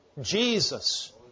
Jesus